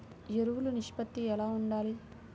ఎరువులు నిష్పత్తి ఎలా ఉండాలి?